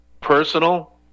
personal